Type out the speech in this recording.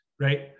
right